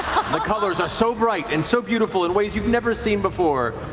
the colors are so bright and so beautiful in ways you've never seen before.